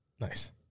Nice